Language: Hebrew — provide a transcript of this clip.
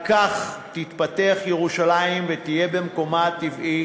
רק כך תתפתח ירושלים ותהיה במקומה הטבעי